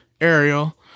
Ariel